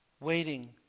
Waiting